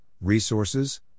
resources